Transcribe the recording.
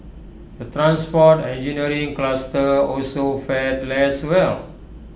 the transport engineering cluster also fared less well